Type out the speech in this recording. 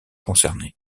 concerné